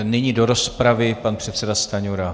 Nyní do rozpravy pan předseda Stanjura.